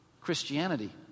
Christianity